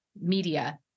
media